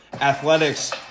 Athletics